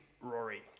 Rory